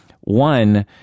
one